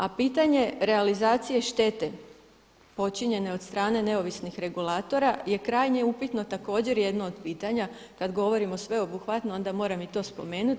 A pitanje realizacije štete počinjene od strane neovisnih regulatora je krajnje upitno također jedno od pitanja kad govorimo sveobuhvatno, onda moram i to spomenut.